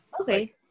okay